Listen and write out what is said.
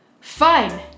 Fine